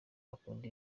akunda